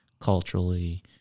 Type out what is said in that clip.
culturally